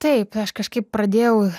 taip aš kažkaip pradėjau